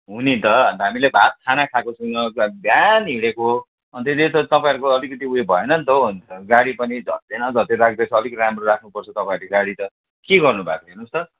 हो नि त हामीले भात खाना खाएको छैनौँ बिहान हिँडेको हो अन्य यो त तपाईँहरूको अलिकति उयो भएन नि त हौ अन्त गाडी पनि झत्ते न झत्ते राख्दोरहेछ अलिक राम्रो राख्नुपर्छ तपाईँहरूले गाडी त के गर्नु भएको हेर्नुहोस् त